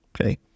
okay